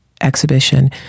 exhibition